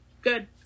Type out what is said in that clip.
good